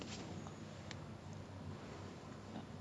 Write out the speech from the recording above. orh so mindhunter is it's like